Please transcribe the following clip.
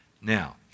now